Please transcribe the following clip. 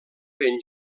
ben